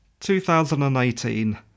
2018